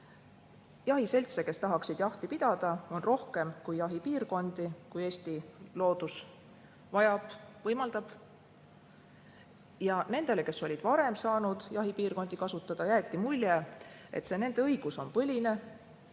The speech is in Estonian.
Jahiseltse, kes tahaksid jahti pidada, on rohkem kui jahipiirkondi. Nendele, kes olid varem saanud jahipiirkondi kasutada, jäeti mulje, et see nende õigus on põline.